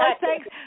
thanks